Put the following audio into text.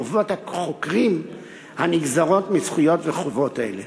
חובות החוקרים הנגזרות מזכויות וחובות אלה.